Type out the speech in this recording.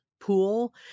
pool